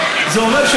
אבל לשני עמים.